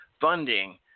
funding